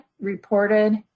reported